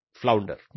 flounder